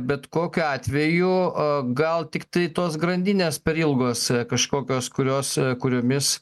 bet kokiu atveju o gal tiktai tos grandinės per ilgos kažkokios kurios kuriomis